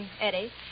Eddie